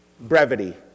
Brevity